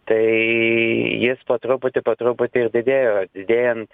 tai jis po truputį po truputį ir didėjo didėjant